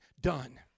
done